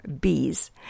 Bees